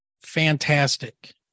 fantastic